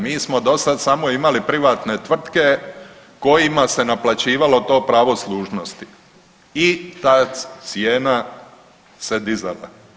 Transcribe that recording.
Mi smo dosad samo imali privatne tvrtke kojima se naplaćivalo to pravo služnosti i ta cijena se dizala.